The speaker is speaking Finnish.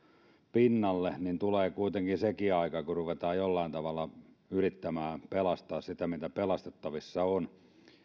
pinnalle tulee kuitenkin sekin aika kun ruvetaan jollain tavalla yrittämään pelastaa sitä mitä pelastettavissa on